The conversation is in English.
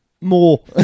More